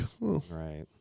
right